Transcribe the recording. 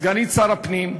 פניה